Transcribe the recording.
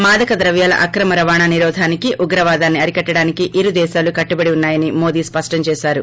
మాదకద్రవ్యాల అక్రమ రవాణా నిరోధానికి ఉగ్రవాదాన్ని అరికట్టడానికి ఇరు దేశాలు కట్టుబడి ఉన్నాయని మోదీ స్పష్టం చేశారు